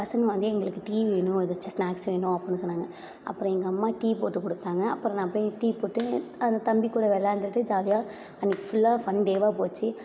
பசங்கள் வந்து எங்களுக்கு டீ வேணும் ஏதாச்சும் ஸ்னாக்ஸ் வேணும் அப்புடின்னு சொன்னாங்க அப்புறம் எங்கம்மா டீ போட்டுக்கொடுத்தாங்க அப்புறம் நான் போய் டீ போட்டு அந்த தம்பிகூட விளாண்டுட்டு ஜாலியாக அன்றைக்கி ஃபுல்லாக ஃபன் டேவாக போச்சு